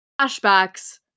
flashbacks